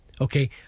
Okay